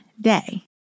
day